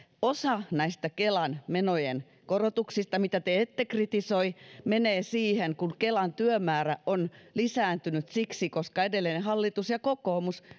osa näistä kelan menojen korotuksista mitä te ette kritisoi menee siihen kun kelan työmäärä on lisääntynyt siksi koska edellinen hallitus ja kokoomus